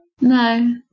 No